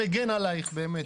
שמגן עלייך באמת.